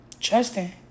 trusting